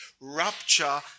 rupture